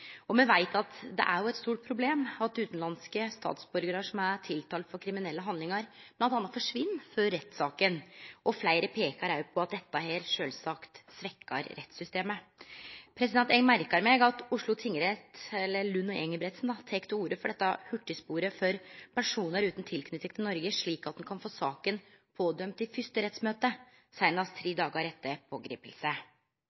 overfor. Me veit at det er eit stort problem at utanlandske statsborgarar som er tiltalte for kriminelle handlingar, bl.a. forsvinn før rettssaken, og fleire peikar òg på at dette sjølvsagt svekkjer rettssystemet. Eg merkar meg at Oslo tingrett – eller Lund og Engebretsen – tek til orde for dette hurtigsporet for personar utan tilknyting til Noreg, slik at ein kan få sagt dom i saka i første rettsmøte, seinast